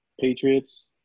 Patriots